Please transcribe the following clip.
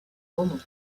romans